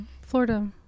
Florida